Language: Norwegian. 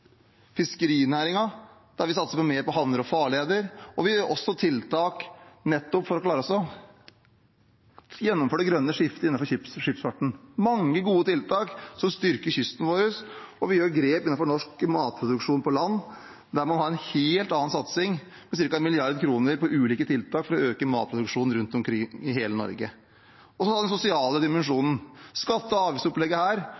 der vi satser mer på havner og farleder, og vi gjør også tiltak nettopp for å klare å gjennomføre det grønne skiftet innenfor skipsfarten. Det er mange gode tiltak som styrker kysten vår. Vi tar også grep innenfor norsk matproduksjon på land, der man har en helt annen satsing på ca. 1 mrd. kr på ulike tiltak for å øke matproduksjonen rundt omkring i hele Norge. Så har vi den sosiale